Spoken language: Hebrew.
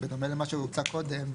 בדומה למה שהוצע קודם,